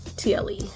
TLE